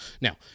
Now